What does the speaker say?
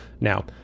Now